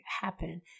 happen